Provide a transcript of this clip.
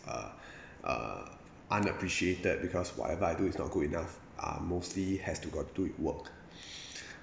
uh uh unappreciated because whatever I do is not good enough uh mostly has to got do with work